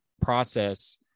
process